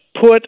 put